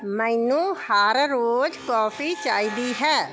ਮੈਨੂੰ ਹਰ ਰੋਜ਼ ਕੌਫੀ ਚਾਹੀਦੀ ਹੈ